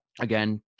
again